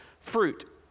fruit